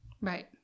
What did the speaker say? Right